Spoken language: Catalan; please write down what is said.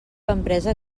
empresa